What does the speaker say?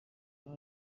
kuko